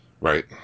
right